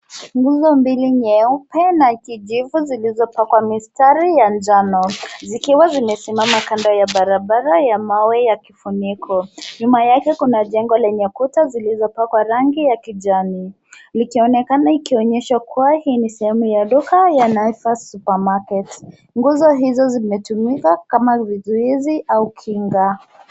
Nguzo mbili nyeupe na kijivu zilizopakwa mistari ya njano zikiwa zimesimama kando ya barabara ya mawe ya kifuniko. Nyuma yake kuna jengo lenye kuta zilizopakwa rangi ya kijani likionekana ikionyeshwa kuwa hii ni sehemu ya duka ya Naivas Supermarket. Nguzo hizo zimetumika kama vizuizi au kinga.